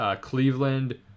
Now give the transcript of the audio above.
Cleveland